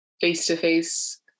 face-to-face